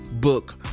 book